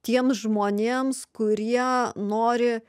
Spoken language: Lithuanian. tiems žmonėms kurie nori